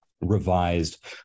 revised